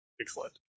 excellent